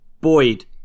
Boyd